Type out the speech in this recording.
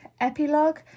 epilogue